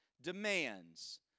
demands